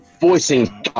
voicing